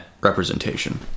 representation